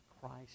Christ